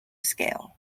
scale